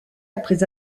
après